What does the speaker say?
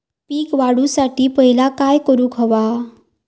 पीक वाढवुसाठी पहिला काय करूक हव्या?